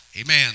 Amen